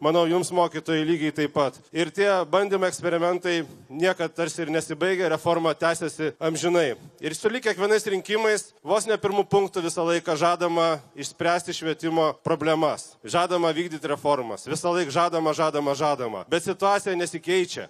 manau jums mokytojai lygiai taip pat ir tie bandymai eksperimentai niekad tarsi ir nesibaigia reforma tęsiasi amžinai ir sulig kiekvienais rinkimais vos ne pirmu punktu visą laiką žadama išspręsti švietimo problemas žadama vykdyti reformas visąlaik žadama žadama žadama bet situacija nesikeičia